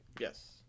Yes